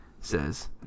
says